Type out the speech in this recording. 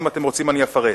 ואם אתם רוצים אני אפרט.